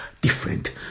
different